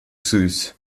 süß